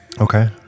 Okay